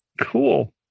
Cool